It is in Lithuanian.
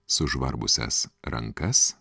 sužvarbusias rankas